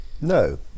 No